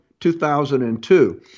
2002